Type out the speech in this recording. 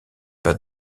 pas